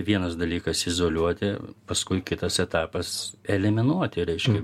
vienas dalykas izoliuoti paskui kitas etapas eliminuoti reiškia